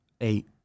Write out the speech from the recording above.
Eight